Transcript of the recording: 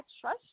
trust